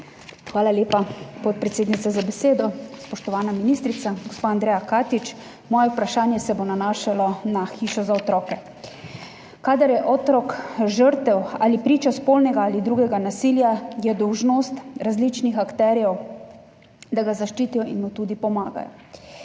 Hvala lepa, podpredsednica, za besedo. Spoštovana ministrica, gospa Andreja Katič! Moje vprašanje se bo nanašalo na Hišo za otroke. Kadar je otrok žrtev ali priča spolnega ali drugega nasilja, je dolžnost različnih akterjev, da ga zaščitijo in mu tudi pomagajo.